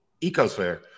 ecosphere